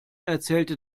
erzählte